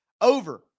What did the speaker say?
over